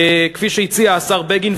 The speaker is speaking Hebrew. כפי שהציע השר בגין,